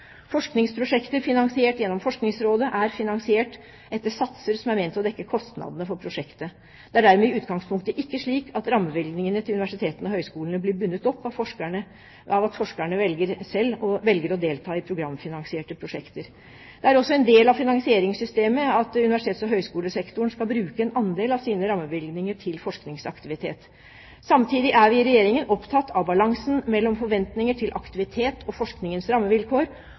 Forskningsprosjekter finansiert gjennom Forskningsrådet er finansiert etter satser som er ment å dekke kostnadene for prosjektet. Det er dermed i utgangspunktet ikke slik at rammebevilgningene til universitetene og høyskolene blir bundet opp av at forskerne velger å delta i programfinansierte prosjekter. Det er også en del av finansieringssystemet at universitets- og høyskolesektoren skal bruke en andel av sine rammebevilgninger til forskningsaktivitet. Samtidig er vi i Regjeringen opptatt av balansen mellom forventninger til aktivitet og forskningens rammevilkår,